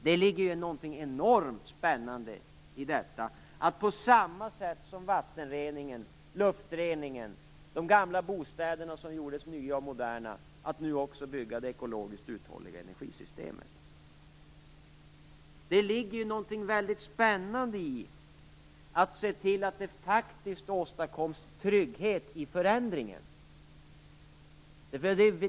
Det ligger någonting enormt spännande i detta, att på samma sätt som med vattenreningen, luftreningen och de gamla bostäderna som moderniserades nu också bygga det ekologiskt uthålliga energisystemet. Det ligger någonting väldigt spännande i att se till att det åstadkoms trygghet i förändringen.